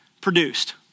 produced